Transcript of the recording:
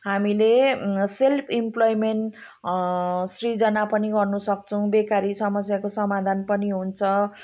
हामीले self employment सृजना पनि गर्नसक्छौँ बेकारी समस्याको समाधान पनि हुन्छ